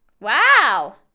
Wow